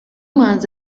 más